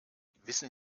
wissen